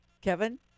kevin